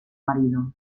marido